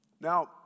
Now